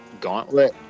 Gauntlet